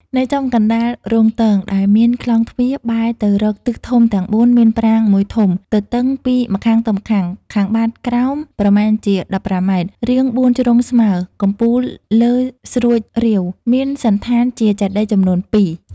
នៅចំកណ្ដាលរោងទង ដែលមានខ្លោងទ្វារបែរទៅរកទិសធំទាំងបួនមានប្រាង្គមួយធំ ទទឹងពីម្ខាងទៅម្ខាង ខាងបាតក្រោមប្រមាណជា ១៥ ម៉ែត្រ រាងបួនជ្រុងស្មើ កំពូលលើស្រួចរៀវ មានសណ្ឋានជាចេតិយចំនួនពីរ ។